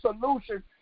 solution